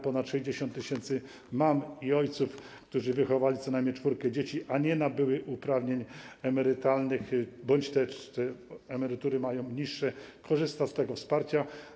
Ponad 60 tys. mam i ojców, którzy wychowali co najmniej czwórkę dzieci, a nie nabyli uprawnień emerytalnych bądź te emerytury mają niższe, korzysta z tego wsparcia.